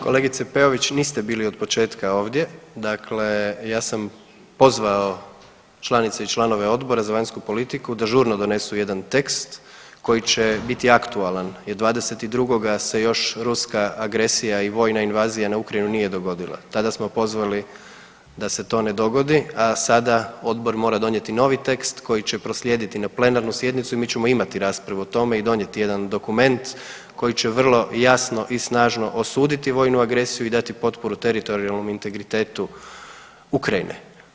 Kolegice Peović niste bili od početka ovdje, dakle ja sam pozvao članice i članove Odbora za vanjsku politiku da žurno donesu jedan tekst koji će biti aktualan jer 22.se još ruska agresija i vojna invazija na Ukrajinu nije dogodila, tada smo pozvali da se to ne dogodi, a sada odbor mora donijeti novi tekst koji će proslijediti na plenarnu sjednicu i mi ćemo imati raspravu o tome i donijeti jedan dokument koji će vrlo jasno i snažno osuditi vojnu agresiju i dati potporu teritorijalnom integritetu Ukrajine.